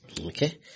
Okay